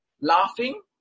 Laughing